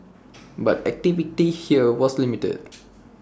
but activity here was limited